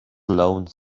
alone